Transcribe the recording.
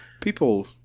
People